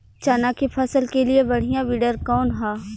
चना के फसल के लिए बढ़ियां विडर कवन ह?